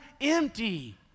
empty